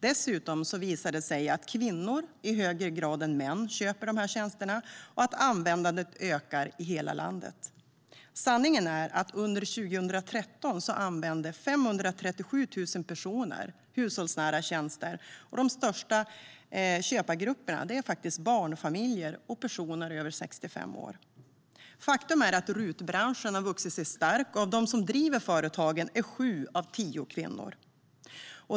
Det visade sig dessutom att det är kvinnor i högre grad än män som köper tjänsterna och att användandet ökar i hela landet. Sanningen är att under 2013 använde 537 000 personer hushållsnära tjänster, och de största köpgrupperna är barnfamiljer och personer över 65 år. Faktum är att RUT-branschen har vuxit sig stark. Och av de som driver företagen är sju av tio kvinnor.